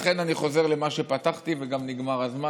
לכן אני חוזר למה שפתחתי בו, וגם נגמר הזמן.